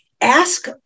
Ask